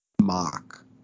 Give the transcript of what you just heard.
mock